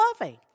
loving